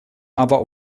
aber